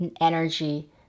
energy